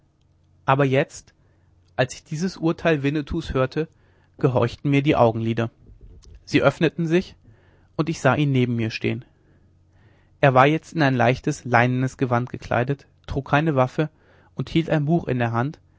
aber jetzt als ich dieses urteil winnetous hörte gehorchten mir die augenlider sie öffneten sich und ich sah ihn neben mir stehen er war jetzt in ein leichtes leinenes gewand gekleidet trug keine waffe und hielt ein buch in der hand